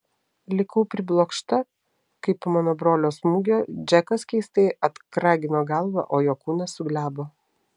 likau priblokšta kai po mano brolio smūgio džekas keistai atkragino galvą o jo kūnas suglebo